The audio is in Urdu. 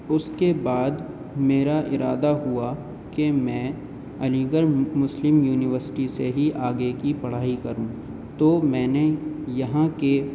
اس کے بعد میرا ارادہ ہوا کہ میں علی گڑھ مسلم یونیورسٹی سے ہی آگے کی پڑھائی کروں تو میں نے یہاں کے